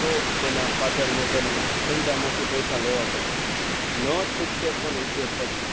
તો તેના ફાધર મધરના ધંધામાંથી પૈસા લેવા પડશે ન છૂટકે પણ ઉપયોગ કરશે